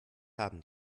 haben